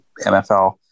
MFL